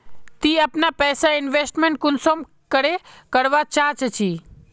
ती अपना पैसा इन्वेस्टमेंट कुंसम करे करवा चाँ चची?